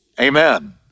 Amen